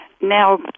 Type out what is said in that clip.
now